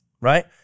Right